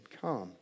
come